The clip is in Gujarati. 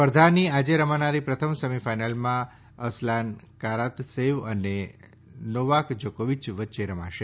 સ્પર્ધાની આજે રમાનારી પ્રથમ સેમીફાઈનલમાં અસલાન કારાતસેવ અને નોવાક જોકોવીય વચ્ચે રમાશે